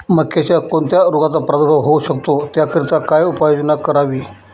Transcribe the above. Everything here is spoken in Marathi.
मक्यावर कोणत्या रोगाचा प्रादुर्भाव होऊ शकतो? त्याकरिता काय उपाययोजना करावी?